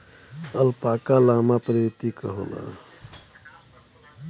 alpaca llama प्रवृत्ति क होला